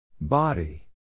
Body